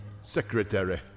Secretary